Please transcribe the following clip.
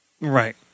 Right